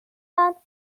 ابدا